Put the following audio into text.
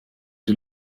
die